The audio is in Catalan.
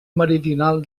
meridional